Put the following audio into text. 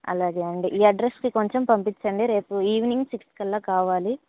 అలాగే అండి ఈ అడ్రస్కి కొంచెం పంపించండి రేపు ఈవినింగ్ సిక్స్ కల్లా కావాలి